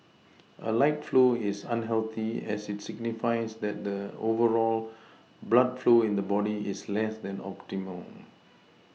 a light flow is unhealthy as it signifies that the overall blood flow in the body is less than optimal